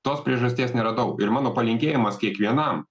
tos priežasties neradau ir mano palinkėjimas kiekvienam